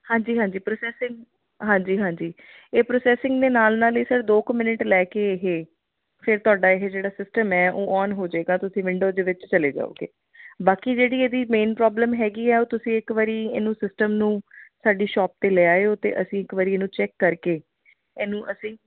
ਹਾਂਜੀ ਹਾਂਜੀ ਪ੍ਰੋਸੈਸਿੰਗ ਹਾਂਜੀ ਹਾਂਜੀ ਇਹ ਪ੍ਰੋਸੈਸਿੰਗ ਦੇ ਨਾਲ ਨਾਲ ਹੀ ਸਰ ਦੋ ਕ ਮਿੰਟ ਲੈ ਕੇ ਇਹ ਫਿਰ ਤੁਹਾਡਾ ਇਹ ਜਿਹੜਾ ਸਿਸਟਮ ਹੈ ਉਹ ਓਨ ਹੋਜੇਗਾ ਤੁਸੀਂ ਵਿੰਡੋ ਦੇ ਵਿੱਚ ਚਲੇ ਜਾਓਗੇ ਬਾਕੀ ਜਿਹੜੀ ਇਹਦੀ ਮੇਨ ਪ੍ਰੋਬਲਮ ਹੈਗੀ ਹੈ ਉਹ ਤੁਸੀਂ ਇੱਕ ਵਾਰੀ ਇਹਨੂੰ ਸਿਸਟਮ ਨੂੰ ਸਾਡੀ ਸ਼ੋਪ 'ਤੇ ਲੈ ਆਇਓ ਅਤੇ ਅਸੀਂ ਇੱਕ ਵਾਰੀ ਇਹਨੂੰ ਚੈੱਕ ਕਰਕੇ ਇਹਨੂੰ ਅਸੀਂ